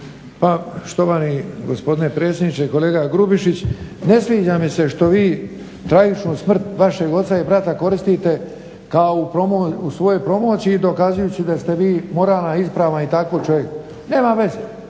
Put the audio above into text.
Štovani gospodine predsjedniče. Kolega Grubišić, ne sviđa mi se što vi tragičnu smrt vašeg oca i brata koristite u svojoj promociji dokazujući da ste vi moralna i ispravna … čovjek. Nema veze,